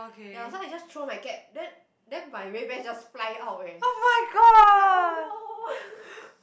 ya so I just threw my cap then then my Ray Ban just fly out eh I'm like oh no